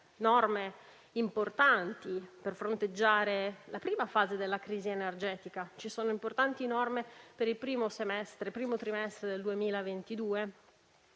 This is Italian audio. norme importanti per fronteggiare la prima fase della crisi energetica. Ci sono norme importanti per il primo trimestre del 2022